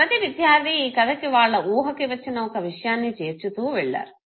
ప్రతి విద్యార్థి ఈ కధకి వాళ్ళ ఊహకి వచ్చిన ఒక విషయాన్ని చేర్చుతూ వెళ్లారు